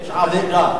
יש אבודה.